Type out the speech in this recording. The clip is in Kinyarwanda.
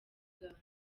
uganda